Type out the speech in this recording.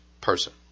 person